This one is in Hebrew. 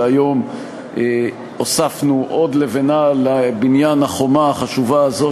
והיום הוספנו עוד לבנה לבניין החומה החשובה הזו